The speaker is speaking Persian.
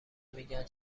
میگن